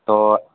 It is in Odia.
ତ